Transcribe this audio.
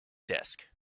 desk